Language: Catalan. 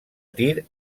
tir